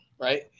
right